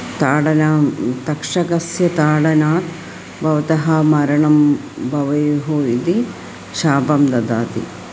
ताडनां तक्षकस्य ताडनात् भवतः मरणं भवेत् इति शापं ददाति